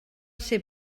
ser